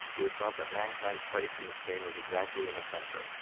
it was thought that mankind's place in this chain was exactly in the center.